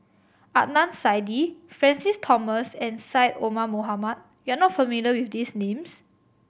Adnan Saidi Francis Thomas and Syed Omar Mohamed you are not familiar with these names